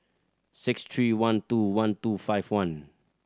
six three one two one two five one